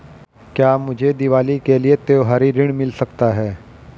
क्या मुझे दीवाली के लिए त्यौहारी ऋण मिल सकता है?